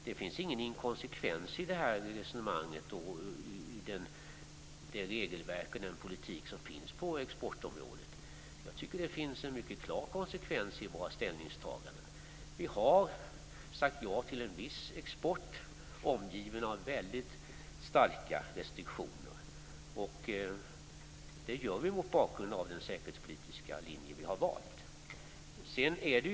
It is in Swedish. Det finns ingen inkonsekvens i resonemanget och i det regelverk och den politik som finns på exportområdet. Jag tycker att det finns en mycket klar konsekvens i våra ställningstaganden. Vi har sagt ja till en viss export som är omgiven av väldigt starka restriktioner. Detta gör vi mot bakgrund av den säkerhetspolitiska linje Sverige har valt.